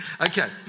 Okay